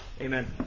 Amen